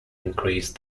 increase